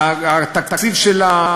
התקציב של,